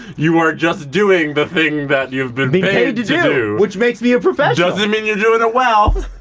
you are just doing the thing that you've been been paid to do. which makes me a professional. doesn't mean you're doing it well.